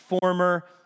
former